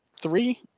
three